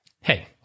hey